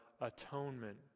atonement